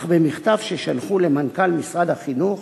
אבל במכתב ששלחו למנכ"ל משרד החינוך